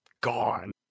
gone